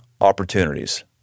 opportunities